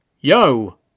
Yo